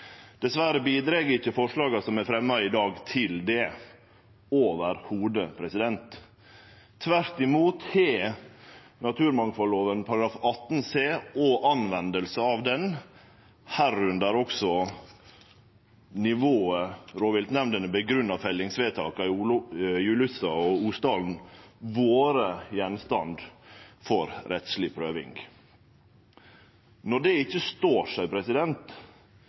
Dessverre bidreg ikkje forslaga som er fremja i dag, til det i det heile. Tvert imot har naturmangfaldlova § 18 c og bruken av ho, medrekna også nivået rovviltnemndene grunngjev fellingsvedtaka for Julussa og Osdalen med, vore gjenstand for rettsleg prøving. Når det ikkje står seg,